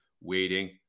waiting